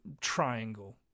triangle